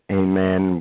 amen